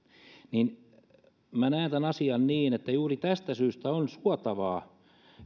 ja näen tämän asian niin että juuri tästä syystä on suotavaa